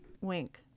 Wink